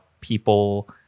people